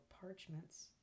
parchments